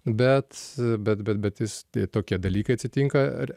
bet bet bet bet jis tie tokie dalykai atsitinka re